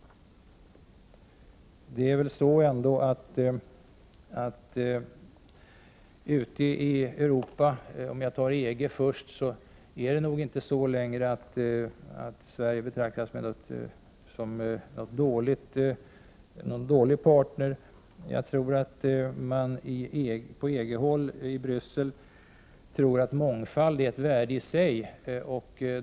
Ute i Europa, inom EG, betraktas nog inte Sverige längre som någon dålig partner i dessa sammanhang. Jag tror att man på EG-håll, i Bryssel, anser att mångfald är ett värde i sig.